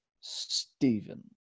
Stephen